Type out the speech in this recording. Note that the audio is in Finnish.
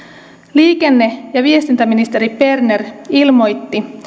liikenne ja viestintäministeri berner ilmoitti